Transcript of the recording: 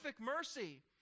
mercy